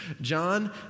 john